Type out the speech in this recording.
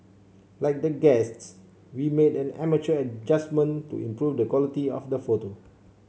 like the guests we made an amateur adjustment to improve the quality of the photo